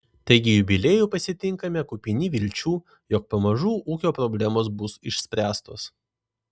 taigi jubiliejų pasitinkame kupini vilčių jog pamažu ūkio problemos bus išspręstos